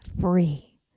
free